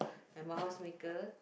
I'm a house maker